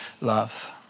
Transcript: love